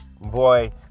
Boy